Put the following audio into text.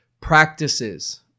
practices